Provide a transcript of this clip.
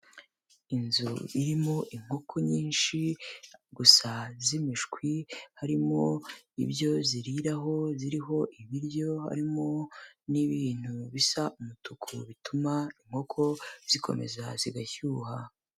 Inzu irimo inkoko nyinshi gusa z'imishwi, harimo ibyo ziriraho ziriho ibiryo harimo n'ibintu bisa umutuku bituma inkoko zikomeza zigashyuha.